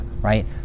right